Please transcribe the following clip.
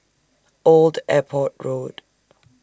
Old Airport Road